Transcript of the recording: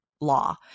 law